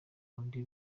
bundi